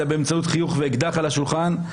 אלא באמצעות חיוך ואקדח על השולחן.